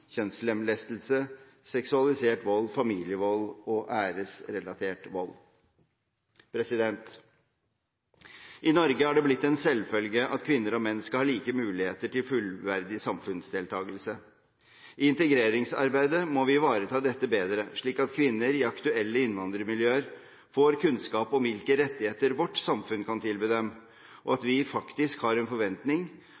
kjønnslemlestelse, seksualisert vold, familievold og æresrelatert vold. I Norge har det blitt en selvfølge at kvinner og menn skal ha like muligheter til fullverdig samfunnsdeltakelse. I integreringsarbeidet må vi ivareta dette bedre, slik at kvinner i aktuelle innvandrermiljøer får kunnskap om hvilke rettigheter vårt samfunn kan tilby dem, og at